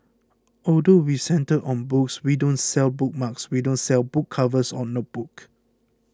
although we centred on books we don't sell bookmarks we don't sell book covers or notebooks